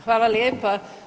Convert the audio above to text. Hvala lijepa.